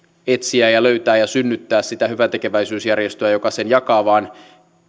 etsiä ja löytää ja synnyttää sitä hyväntekeväisyysjärjestöä joka sen jakaa vaan